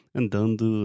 andando